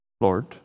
Lord